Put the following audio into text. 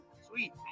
Sweet